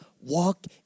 walk